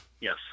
Yes